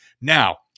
Now